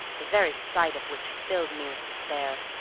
the very sight of which filled me with despair.